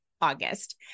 August